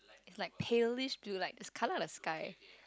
it's like palish blue like it's colour of the sky